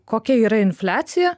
kokia yra infliacija